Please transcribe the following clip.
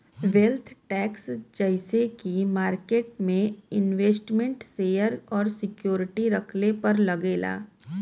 wealth tax जइसे की market में इन्वेस्टमेन्ट शेयर और सिक्योरिटी रखले पर लगेला